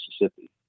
Mississippi